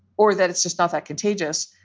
or that it's just not that contagious,